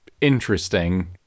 interesting